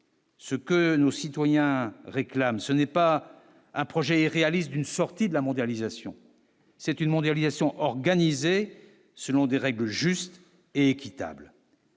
Ce que nous citoyens réclament ce n'est pas un projet irréaliste une sortie de la mondialisation, c'est une mondialisation organisée selon des règles justes et équitables.